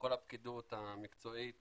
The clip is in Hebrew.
כל הפקידות המקצועית